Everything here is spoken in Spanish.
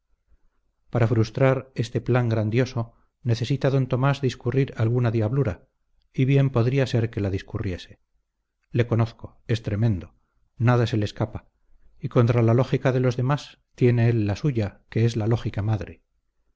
para frustrar este plan grandioso necesita d tomás discurrir alguna diablura y bien podría ser que la discurriese le conozco es tremendo nada se le escapa y contra la lógica de los demás tiene él la suya que es la lógica madre